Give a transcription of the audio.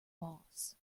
boss